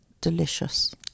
delicious